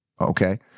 Okay